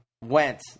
went